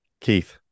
Keith